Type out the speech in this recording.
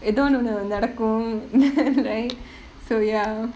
ஏதோ ஒண்ணுனு நடக்கும்:etho onnunu nadakkum right so ya